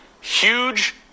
Huge